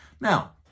Now